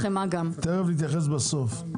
נתייחס בסוף לחמאה.